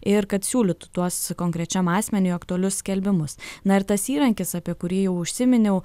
ir kad siūlytų tuos konkrečiam asmeniui aktualius skelbimus na ir tas įrankis apie kurį jau užsiminiau